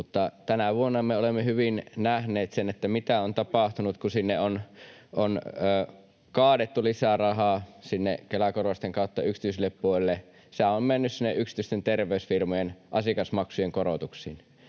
tänä vuonna me olemme hyvin nähneet sen, mitä on tapahtunut, kun on kaadettu lisää rahaa Kela-korvausten kautta yksityiselle puolelle. Sehän on mennyt sinne yksityisten terveysfirmojen asiakasmaksujen korotuksiin.